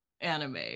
anime